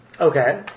Okay